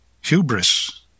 hubris